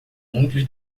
muitos